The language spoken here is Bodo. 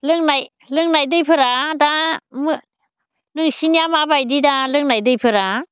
लोंनाय दैफोरा दा नोंसोरनिया माबायदि दा लोंनाय दैफोरा